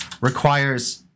requires